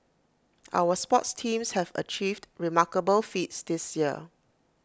our sports teams have achieved remarkable feats this year